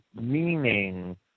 meaning